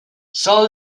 sol